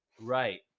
Right